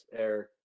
Eric